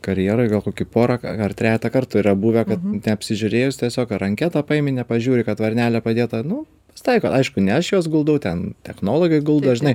karjeroj gal kokį porą ar trejetą kartų yra buvę kad neapsižiūrėjus tiesiog ar anketą paimi nepažiūri kad varnelė padėta nu pasitaiko aišku ne aš juos guldau ten technologai guldo žinai